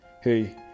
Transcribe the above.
Hey